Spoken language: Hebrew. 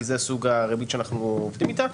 כי זה סוג הריבית שאנחנו עובדים איתה.